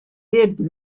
did